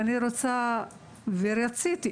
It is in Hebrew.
ואני רוצה ורציתי,